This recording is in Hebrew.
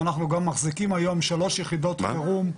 אנחנו גם מחזיקים היום שלוש יחידות חירום,